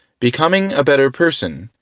becoming a better person,